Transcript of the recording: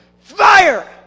fire